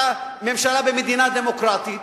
אותה ממשלה במדינה דמוקרטית,